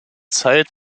zeit